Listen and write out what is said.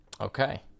Okay